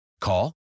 Call